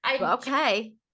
okay